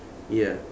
ya